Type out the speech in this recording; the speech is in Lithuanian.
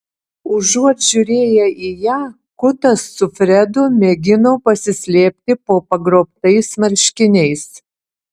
užuot žiūrėję į ją kutas su fredu mėgino pasislėpti po pagrobtais marškiniais